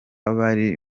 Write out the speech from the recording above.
bari